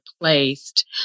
placed